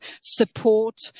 support